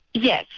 yes,